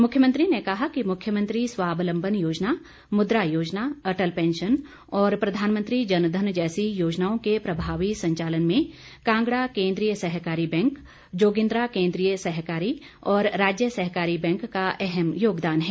मुख्यमंत्री ने कहा कि मुख्यमंत्री स्वाबलम्बन योजना मुद्रा योजना अटल पैंशन और प्रधानमंत्री जनधन जैसी योजनाओं के प्रभावी संचालन में कांगड़ा केंद्रीय सहकारी बैंक जोगिंद्रा केंद्रीय सहकारी और राज्य सहकारी बैंक का अहम योगदान है